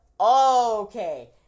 okay